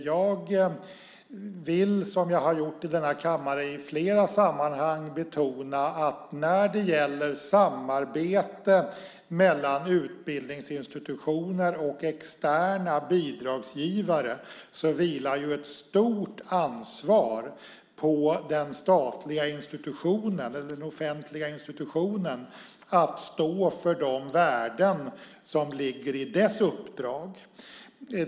Jag vill, som jag har gjort i denna kammare i flera sammanhang, betona att när det gäller samarbeten mellan utbildningsinstitutioner och externa bidragsgivare vilar ett stort ansvar på den statliga institutionen, eller den offentliga institutionen, att stå för de värden som ligger i dess uppdrag.